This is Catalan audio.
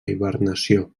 hibernació